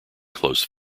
close